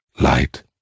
light